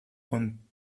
con